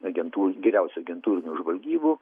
agentų geriausių agentūrinių žvalgybų